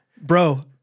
bro